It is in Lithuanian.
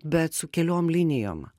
bet su keliom linijom